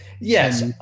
Yes